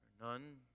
None